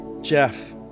Jeff